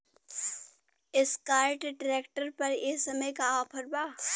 Escort tractor पर ए समय का ऑफ़र बा?